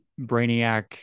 brainiac